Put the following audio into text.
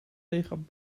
tegen